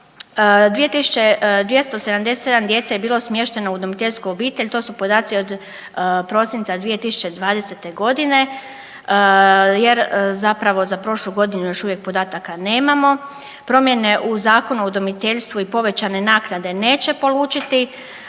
277 djece je bilo smješteno u udomiteljsku obitelj, to su podaci od prosinca 2020. g., jer zapravo, za prošlu godinu još uvijek podataka nemamo. Promjene u Zakonu o udomiteljstvu i povećane naknade neće polučiti